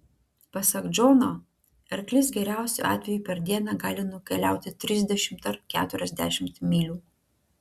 pasak džono arklys geriausiu atveju per dieną gali nukeliauti trisdešimt ar keturiasdešimt mylių